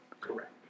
correct